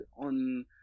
on